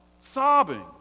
sobbing